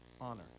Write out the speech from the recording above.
honor